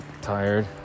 tired